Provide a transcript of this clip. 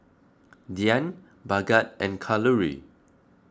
Dhyan Bhagat and Kalluri